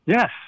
Yes